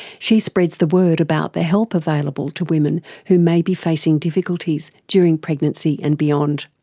she spreads the word about the help available to women who may be facing difficulties during pregnancy and beyond.